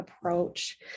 approach